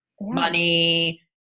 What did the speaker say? money